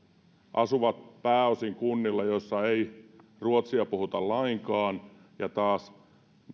asuvat pääosin kunnissa joissa ei ruotsia puhuta lainkaan ja taas